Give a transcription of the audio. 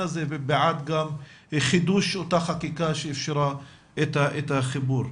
הזה ובעד חידוש אותה חקיקה שאפשרה את החיבור.